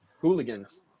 Hooligans